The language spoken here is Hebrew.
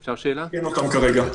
לי אין אותם כרגע.